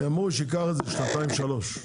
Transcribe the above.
אמרו שייקח שנתיים, שלוש.